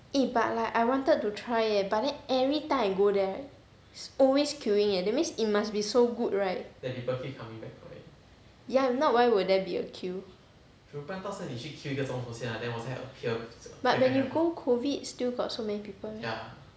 eh but like I wanted to try eh but then everytime I go there always right it's always queueing eh that means it must be so good right ya if not why would there be a queue but when you go COVID still got so many people meh